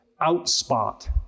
outspot